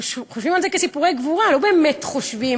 חושבים על זה כעל סיפורי גבורה, לא באמת חושבים